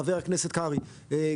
חבר הכנסת קרעי,